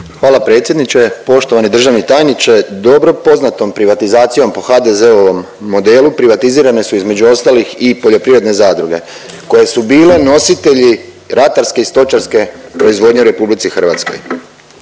Hvala predsjedniče. Poštovani državni tajniče dobro poznatom privatizacijom po HDZ-ovom modelu privatizirane su između ostalih i poljoprivredne zadruge koje su bile nositelji ratarske i stočarske proizvodnje u RH.